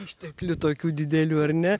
išteklių tokių didelių ar ne